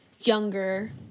younger